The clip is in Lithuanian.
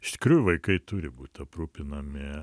iš tikrųjų vaikai turi būti aprūpinami